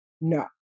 no